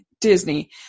Disney